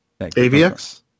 AVX